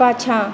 पाछाँ